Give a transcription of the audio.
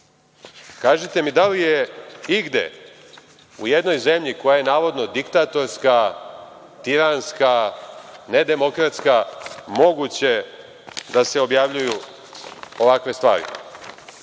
Kažite mi da li je igde u jednoj zemlji, koja je navodno diktatorska, tiranska, nedemokratska, moguće da se objavljuju ovakve stvari?